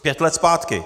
Pět let zpátky!